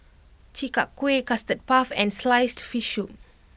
Chi Kak Kuih Custard Puff and Sliced Fish Soup